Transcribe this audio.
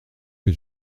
que